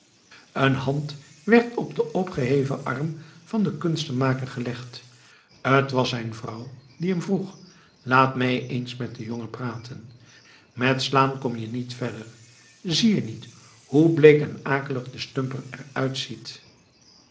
een hand werd op den opgeheven arm van den kunstenmaker gelegd t was zijn vrouw die hem vroeg laat mij eens met den jongen praten met slaan kom je niet verder zie je niet hoe bleek en akelig de stumper